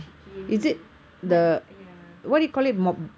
she came to but ya